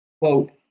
quote